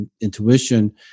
intuition